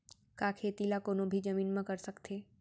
का खेती ला कोनो भी जमीन म कर सकथे?